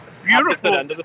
Beautiful